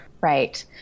Right